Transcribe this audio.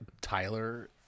Tyler